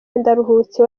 ndaruhutse